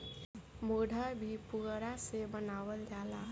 मोढ़ा भी पुअरा से बनावल जाला